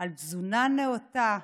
על תזונה נאותה,